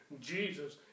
Jesus